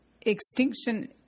extinction